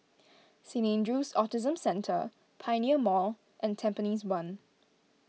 Saint andrew's Autism Centre Pioneer Mall and Tampines one